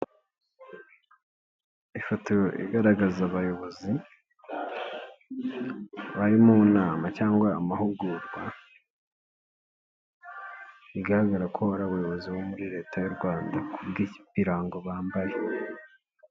Ifoto igaragaza abayobozi, bari mu nama cyangwa amahugurwa, bigaragara ko hari abayobozi bo muri Leta y'u Rwanda, ku bw'ibirango bambaye.